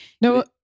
No